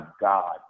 God